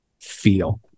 feel